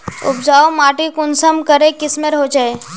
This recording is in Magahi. उपजाऊ माटी कुंसम करे किस्मेर होचए?